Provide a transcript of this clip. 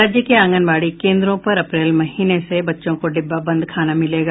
राज्य के आंगनबाड़ी केन्द्रों पर अप्रैल महीने से बच्चों को डिब्बा बंद खाना मिलेगा